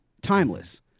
timeless